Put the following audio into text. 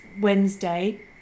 wednesday